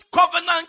covenant